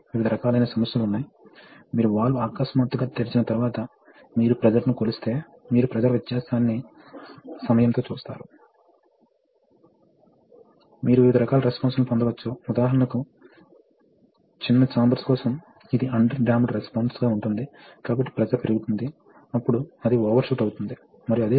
మనము పాఠం చివరకి వచ్చాము ఆలోచించాల్సిన పాయింట్లు చెక్ వాల్వ్ మొదటి అన్లోడ్ సర్క్యూట్లో లేకపోతే ఏమి జరుగుతుందో మీరు ఊహించగలరా